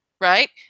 right